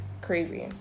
crazy